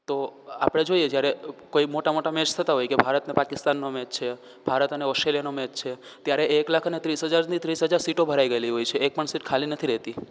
તો આપણે જોઈએ જ્યારે કોઈ મોટા મોટા મેચ થતાં હોય કે ભારતને પાકિસ્તાનનો મેચ છે ભારત અને ઓસ્ટ્રેલિયાનો મેચ છે ત્યારે એક લાખ અને ત્રીસ હજારની ત્રીસ હજાર સીટો ભરાઈ ગએલી હોય છે એક પણ સીટ ખાલી નથી રહેતી